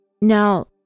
Now